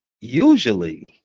usually